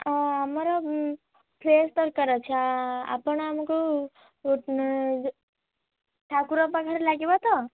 ଆମର ଫ୍ରେଶ୍ ଦରକାର ଅଛି ଆପଣ ଆମକୁ ଠାକୁରଙ୍କ ପାଖରେ ଲାଗିବ ତ